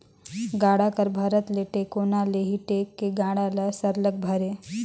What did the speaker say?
गाड़ा कर भरत ले टेकोना ले ही टेक के गाड़ा ल सरलग भरे